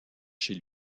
chez